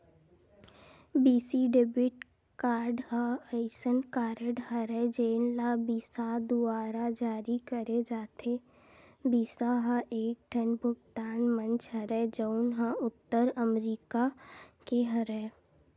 बिसा debit card ह असइन कारड हरय जेन ल बिसा दुवारा जारी करे जाथे, बिसा ह एकठन भुगतान मंच हरय जउन ह उत्तर अमरिका के हरय